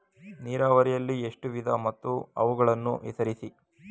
ನೀರಾವರಿಯಲ್ಲಿ ಎಷ್ಟು ವಿಧ ಮತ್ತು ಅವುಗಳನ್ನು ಹೆಸರಿಸಿ?